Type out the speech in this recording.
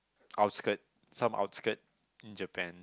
outskirt some outskirt in Japan